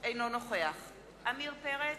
אינו נוכח עמיר פרץ,